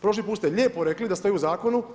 Prošli put ste lijepo rekli da stoji u Zakonu.